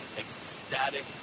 ecstatic